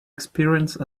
experience